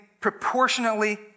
proportionately